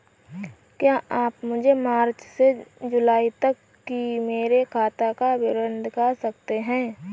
क्या आप मुझे मार्च से जूलाई तक की मेरे खाता का विवरण दिखा सकते हैं?